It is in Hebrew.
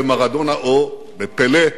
במרדונה או בפלה.